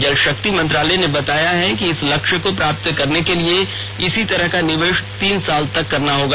जल शक्ति मंत्रालय ने बताया है कि इस लक्ष्य को प्राप्त करने के लिए इसी तरह का निवेश तीन साल तक करना होगा